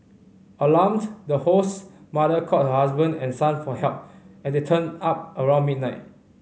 alarmed the host's mother called her husband and son for help and they turned up around midnight